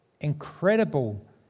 incredible